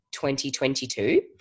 2022